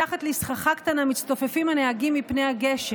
מתחת לסככה הקטנה מצטופפים הנהגים מפני הגשם,